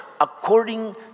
according